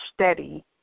steady